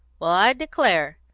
well, i declare!